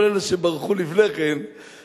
כל אלה שברחו לפני כן,